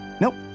Nope